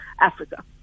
Africa